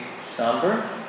somber